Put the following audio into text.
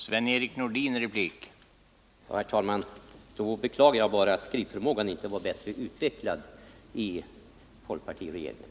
Herr talman! Då beklagar jag bara att skrivförmågan inte var bättre utvecklad hos folkpartiregeringen.